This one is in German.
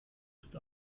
ist